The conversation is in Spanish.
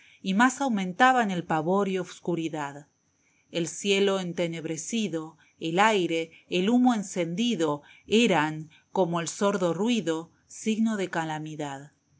y más aumentaban el pavor y oscuridad el cielo entenebrecido el aire el humo encendido eran con el sordo ruido signo de calamidad